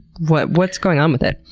what's what's going on with it?